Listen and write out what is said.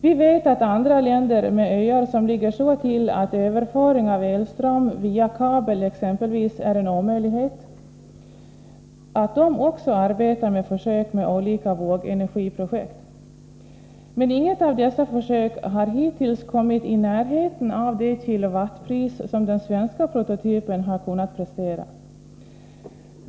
Vi vet att andra länder med öar, som ligger så till att överföring av elström 56 via kabel exempelvis är en omöjlighet, också arbetar med försök med olika vågenergiprojekt. Men inget av dessa försök har hittills kommit i närheten av det kilowattpris som den svenska prototypen kunnat prestera.